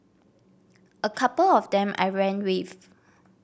a couple of them I ran with